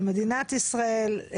של מדינת ישראל,